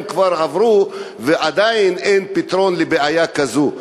כבר עברו ועדיין אין פתרון לבעיה הזאת.